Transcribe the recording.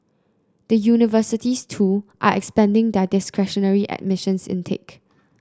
the universities too are expanding their discretionary admissions intake